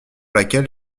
laquelle